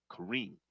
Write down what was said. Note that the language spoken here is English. Kareem